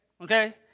Okay